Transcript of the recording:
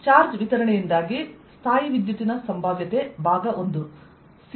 charge ವಿತರಣೆಯಿಂದಾಗಿ ಸ್ಥಾಯೀವಿದ್ಯುತ್ತಿನ ಸಂಭಾವ್ಯತೆ I